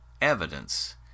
evidence